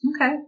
okay